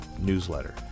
newsletter